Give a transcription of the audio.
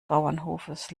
bauernhofes